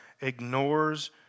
ignores